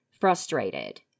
Frustrated